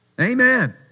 Amen